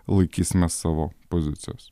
laikysimės savo pozicijos